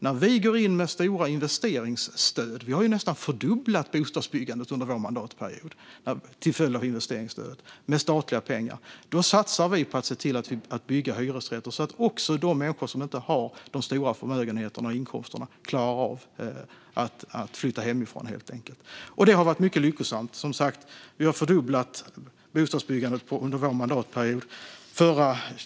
När vi går in med stora investeringsstöd - vi har ju nästan fördubblat bostadsbyggandet under vår mandatperiod till följd av investeringsstöd med statliga pengar - satsar vi på att bygga hyresrätter så att också de människor som inte har stora förmögenheter och inkomster klarar av att flytta hemifrån. Det har varit mycket lyckosamt - vi har som sagt fördubblat bostadsbyggandet under vår mandatperiod.